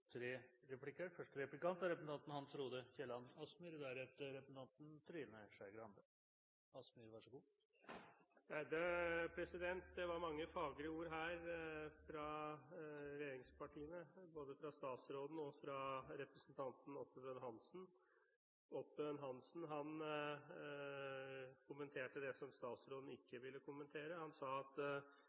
Det var mange fagre ord her fra et av regjeringspartiene, både fra statsråden og fra representanten Oppebøen Hansen. Oppebøen Hansen kommenterte det som statsråden ikke ville kommentere. Han sa at